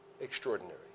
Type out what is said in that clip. Extraordinary